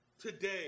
today